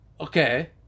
Okay